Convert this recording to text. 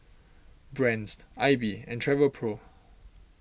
Brand's Aibi and Travelpro